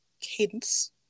cadence